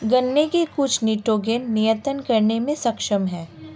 गन्ने की कुछ निटोगेन नियतन करने में सक्षम है